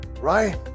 right